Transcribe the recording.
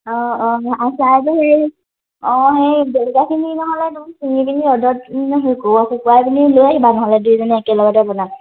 অঁ অঁ আচাৰটো হেৰি অঁ হেৰি জলকীয়াখিনি নহ'লে তুমি চিঙি পিনি ৰ'দত শুকুৱাই পিনি লৈ আহিবা নহ'লে দুয়োজনীয়ে একেলগতে বনাম